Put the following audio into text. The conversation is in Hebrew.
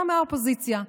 גם מהאופוזיציה.